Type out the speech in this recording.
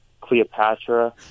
Cleopatra